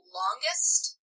longest